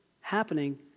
happening